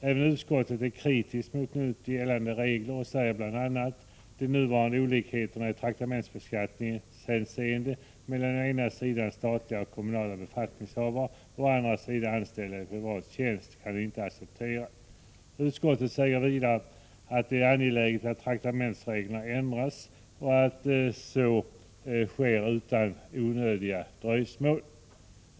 Även utskottet är kritiskt mot nu gällande regler och säger bl.a. att de nuvarande olikheterna i traktamentsbeskattningshänseende mellan å ena sidan statliga och kommunala befattningshavare och å andra sidan anställda i privat tjänst inte kan accepteras. Utskottet säger vidare, att det är angeläget att traktamentsreglerna ändras och att så sker utan onödigt dröjsmål.